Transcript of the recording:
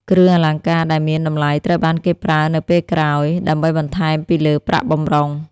គ្រឿងអលង្ការដែលមានតម្លៃត្រូវបានគេប្រើនៅពេលក្រោយ ដើម្បីបន្ថែមពីលើប្រាក់បម្រុង។